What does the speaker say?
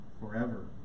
forever